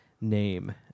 name